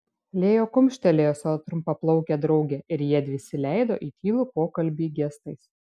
lėja kumštelėjo savo trumpaplaukę draugę ir jiedvi įsileido į tylų pokalbį gestais